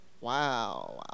wow